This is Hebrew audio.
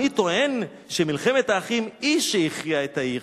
אני טוען שמלחמת האחים היא שהכריעה את העיר,